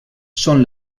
són